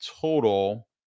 total